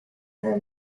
her